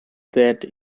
that